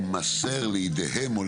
יימסר לידיהם?